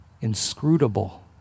Inscrutable